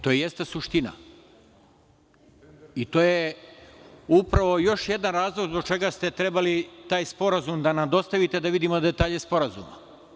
To jeste suština i to je upravo još jedan razlog zbog čega ste trebali taj sporazum da nam dostavite da vidimo detalje sporazuma.